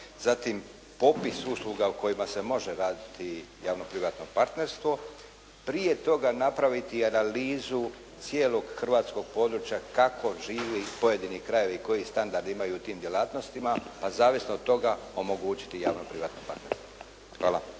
zatim popis usluga u kojima se može raditi javno-privatno partnerstvo, prije toga napraviti analizu cijelog hrvatskog područja kako živi pojedini krajevi, koji standard imaju u tim djelatnostima, pa zavisno od toga omogućiti javno-privatno partnerstvo. Hvala.